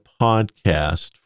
podcast